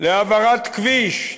להעברת כביש,